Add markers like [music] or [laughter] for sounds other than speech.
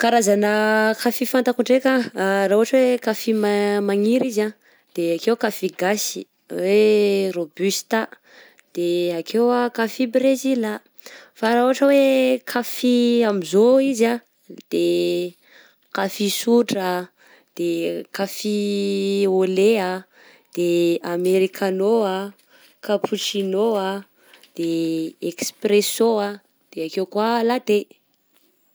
Karazana kafy fantako ndraiky a; ra ohatra oe kafy magniry izy: da akeo ko kafy gasy [hesitation] robusta, de ake kafy bresila, fa ra ohatra hoe kafy amizao izy de kafy sotra, de kafy au lait, de americanao a, capuccinao a, de expresso a, de ake koa a latte.